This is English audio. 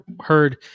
heard